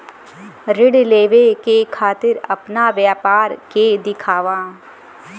ऋण लेवे के खातिर अपना व्यापार के दिखावा?